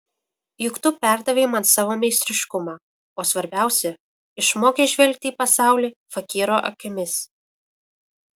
juk tu perdavei man savo meistriškumą o svarbiausia išmokei žvelgti į pasaulį fakyro akimis